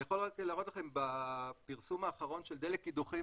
אני יכול רק להראות לכם בפרסום האחרון של דלק קידוחים